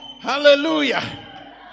Hallelujah